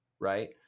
right